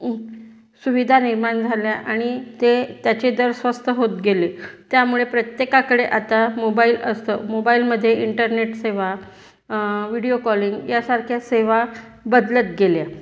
सुविधा निर्माण झाल्या आणि ते त्याचे दर स्वस्त होत गेले त्यामुळे प्रत्येकाकडे आता मोबाईल असतो मोबाईलमध्ये इंटरनेट सेवा व्हिडीओ कॉलिंग यासारख्या सेवा बदलत गेल्या